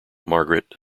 margaret